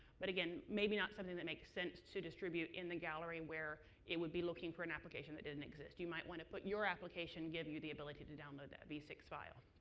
but again, maybe not something that makes sense to distribute in the gallery where it would be looking for an application that didn't exist. you might want to put your application to give you the ability to download that vsix file